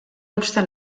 obstant